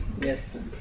Yes